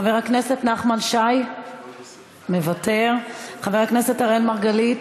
חבר הכנסת נחמן שי, מוותר, חבר הכנסת אראל מרגלית,